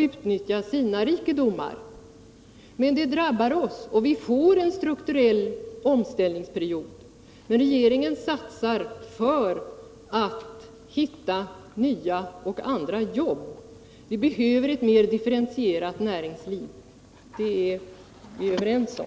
utnyttja sina rikedomar, men det drabbar oss och vi får en strukturell omställningsperiod. Regeringen satsar för att hitta nya och andra jobb. Vi behöver ett mer differentierat näringsliv, det är vi överens om.